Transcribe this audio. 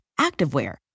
activewear